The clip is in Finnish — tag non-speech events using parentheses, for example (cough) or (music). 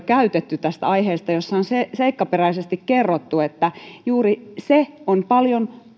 (unintelligible) käytetty tästä aiheesta jo monia puheenvuoroja joissa on seikkaperäisesti kerrottu että juuri se on